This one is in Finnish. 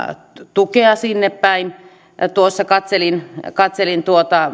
tukea sinnepäin tuossa katselin katselin